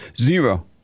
zero